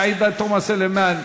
עאידה תומא סלימאן,